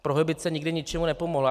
Prohibice nikdy ničemu nepomohla.